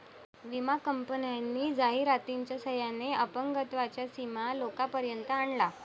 विमा कंपन्यांनी जाहिरातीच्या सहाय्याने अपंगत्वाचा विमा लोकांपर्यंत आणला